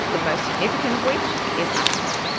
the most significant of which is asthma.